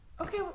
Okay